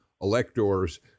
electors